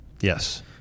Yes